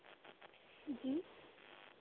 जी